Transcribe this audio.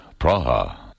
Praha